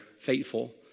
faithful